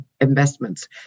investments